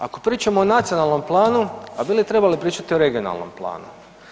Ako pričamo o nacionalnom planu, a bi li trebali pričati o regionalnom planu?